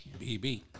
BB